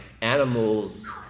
animals